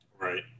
Right